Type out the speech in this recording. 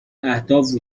اهداف